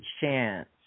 chance